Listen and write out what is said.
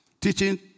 Teaching